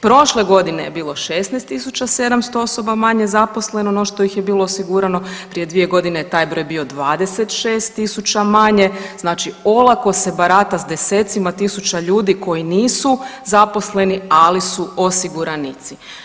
Prošle godine je bilo 16 700 osoba manje zaposleno no što ih je bilo osigurano, prije 2 godine je taj broj bio 26 tisuća manje, znači olako se barata s desecima tisuća ljudi koji nisu zaposleni, ali su osiguranici.